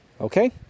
okay